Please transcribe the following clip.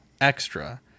extra